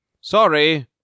Sorry